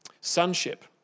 sonship